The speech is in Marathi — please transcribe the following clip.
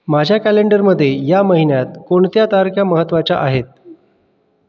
माझ्या कॅलेंडरमधे या महिन्यात कोणत्या तारक्या महत्त्वाच्या आहेत